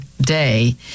day